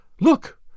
look